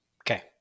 Okay